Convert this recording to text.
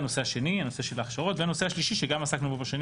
הנושא השלישי שגם עסקנו בו בשנים